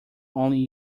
only